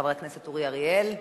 חבר הכנסת אורי אריאל.